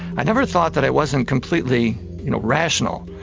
i never thought that i wasn't completely rational.